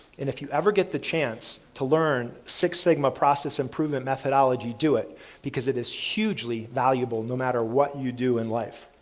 if you ever get the chance to learn six sigma process improvement methodology do it because it is hugely valuable no matter what you do in life.